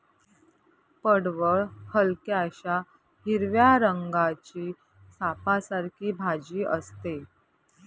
पडवळ हलक्याशा हिरव्या रंगाची सापासारखी भाजी असते